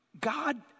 God